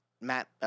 Matt